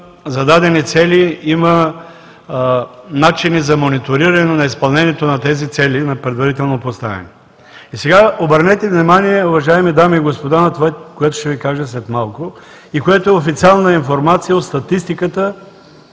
зададени цели, има начини за мониториране на изпълнението на тези цели, предварително поставени. И сега, уважаеми дами и господа, обърнете внимание на това, което ще Ви кажа след малко и което е официална информация от статистиката